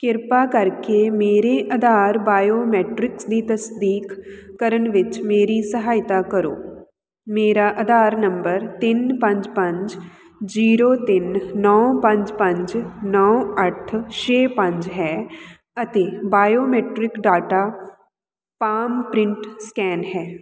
ਕਿਰਪਾ ਕਰਕੇ ਮੇਰੇ ਆਧਾਰ ਬਾਇਓਮੈਟਰਿਕਸ ਦੀ ਤਸਦੀਕ ਕਰਨ ਵਿੱਚ ਮੇਰੀ ਸਹਾਇਤਾ ਕਰੋ ਮੇਰਾ ਆਧਾਰ ਨੰਬਰ ਤਿੰਨ ਪੰਜ ਪੰਜ ਜੀਰੋ ਤਿੰਨ ਨੌਂ ਪੰਜ ਪੰਜ ਨੌਂ ਅੱਠ ਛੇ ਪੰਜ ਹੈ ਅਤੇ biometric data palm print scan ਹੈ